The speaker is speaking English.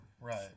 Right